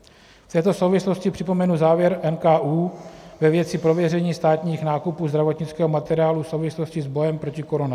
V této souvislosti připomenu závěr NKÚ ve věci prověření státních nákupů zdravotnického materiálu v souvislosti s bojem proti koronaviru.